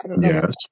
Yes